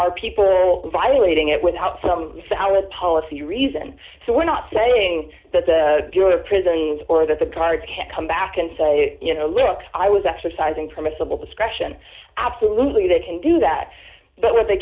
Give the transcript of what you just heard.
are people violating it without some hours policy reason so we're not saying that the bureau of prisons or that the cards can come back and say you know look i was exercising permissible discretion absolutely they can do that but what they